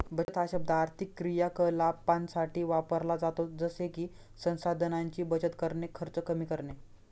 बचत हा शब्द आर्थिक क्रियाकलापांसाठी वापरला जातो जसे की संसाधनांची बचत करणे, खर्च कमी करणे